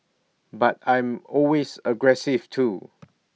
but I'm always aggressive too